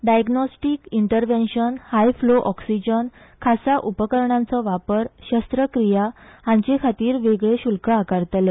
diagnostic intervention high flow oxygen खासा उपकरणांचो वापर शस्त्रक्रिया हांचेखातीर वेगळे शुल्क आकारतले